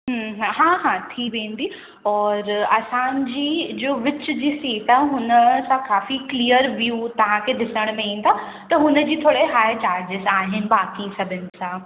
हूं हा हा थी वेंदी और असांजी जो विच जी सीट आहे हुन काफ़ी क्लीअर व्यू तव्हांखे ॾिसण में ईंदा त हुनजी थोरा हाई चार्ज़िस आहिनि बाक़ी सभिनि सां